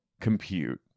compute